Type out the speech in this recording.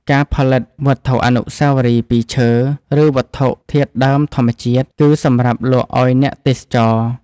ការផលិតវត្ថុអនុស្សាវរីយ៍ពីឈើ ឬវត្ថុធាតុដើមធម្មជាតិ គឺសម្រាប់លក់ឲ្យអ្នកទេសចរណ៍។